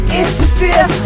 interfere